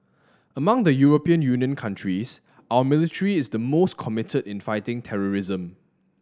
among the European Union countries our military is the most committed in fighting terrorism